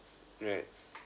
right